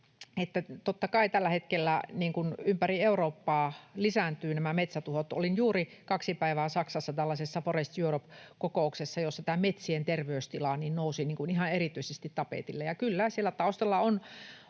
tällä hetkellä ympäri Eurooppaa lisääntyvät nämä metsätuhot. Olin juuri kaksi päivää Saksassa tällaisessa Forest Europe -kokouksessa, jossa metsien terveystila nousi ihan erityisesti tapetille.